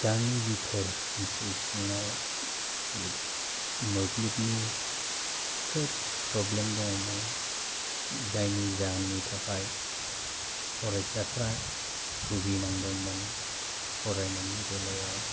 गामि बिथोर ओनसोल सिङाव मोब्लिबनि खोब प्रब्लेम दङमोन जायनि जाहोननि थाखाय फरायसाफ्रा बुगिनांदोंमोन फरायनायनि बेलायाव